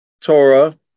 Torah